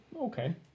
okay